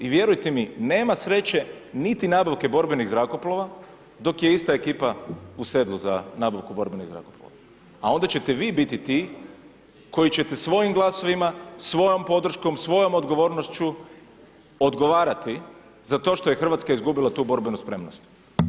I vjerujte mi nema sreće niti nabavke borbenih zrakoplova dok je ista ekipa u sedlu za nabavku borbenih zrakoplova, a onda ćete vi biti ti koji ćete svojim glasovima, svojom podrškom, svojom odgovornošću odgovarati za to što je Hrvatska izgubila tu borbenu spremnost.